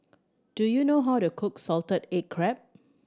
do you know how to cook salted egg crab